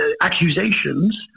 accusations